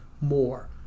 more